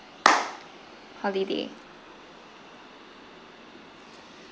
holiday